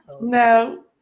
No